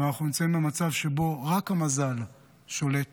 אבל אנחנו נמצאים במצב שבו רק המזל שולט